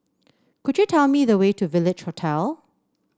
could you tell me the way to Village Hotel